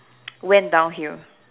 went down hill